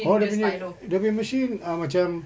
oh dia punya dia punya machine uh macam